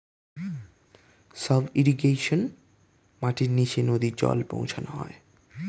sub irrigation মাটির নিচে নদী জল পৌঁছানো হয়